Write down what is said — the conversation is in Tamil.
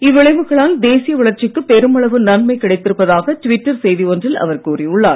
இவ்விளைவுகளால் தேசிய வளர்ச்சிக்கு பெருமளவு நன்மை கிடைத்திருப்பதாக ட்விட்டர் செய்தி ஒன்றில் அவர் கூறியுள்ளார்